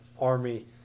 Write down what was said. Army